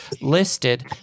listed